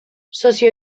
sozio